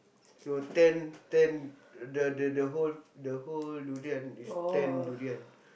no ten ten the the the whole the whole durian is ten durian